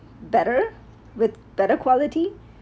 better with better quality